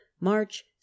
March